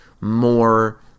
More